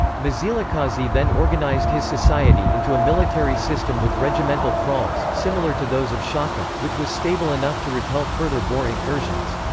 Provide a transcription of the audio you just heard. mzilikazi then organised his society into a military system with regimental kraals, similar to those of shaka, which was stable enough to repel further boer incursions.